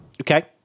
Okay